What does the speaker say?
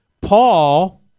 Paul